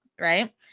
right